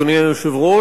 אדוני היושב-ראש,